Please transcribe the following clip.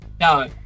No